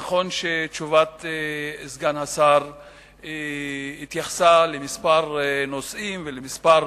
נכון שתשובת סגן השר התייחסה לכמה נושאים ולכמה